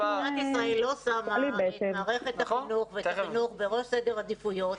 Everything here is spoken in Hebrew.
מדינת ישראל לא שמה את מערכת החינוך בראש סדר העדיפויות.